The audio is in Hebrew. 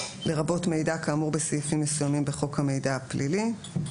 לרבות מידע כאמור בסעיפים מסוימים בחוק המידע הפלילי.